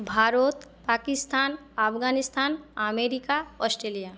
Bharat Pakistan Afghanistan America Australia